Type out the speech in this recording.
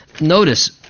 notice